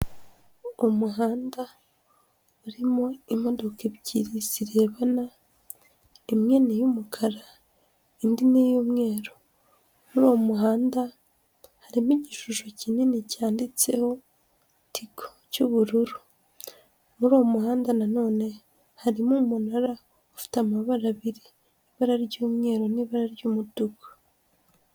Umuhanda urimo imodoka ebyiri zirebana, imwe ni iy'umukara, indi ni iy'umweru, muri uwo muhanda harimo igishusho kinini cyanditseho Tigo cy'ubururu, muri uwo muhanda nanone harimo umunara ufite amabara abiri, ibara ry'umweru n'ibara ry'umutuku.